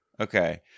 Okay